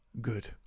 Good